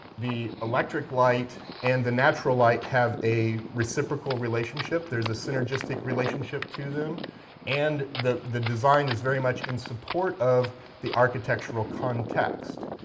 the electric light and the natural light have a reciprocal relationship, there's a synergistic relationship to them and the the design is very much in support of the architectural context.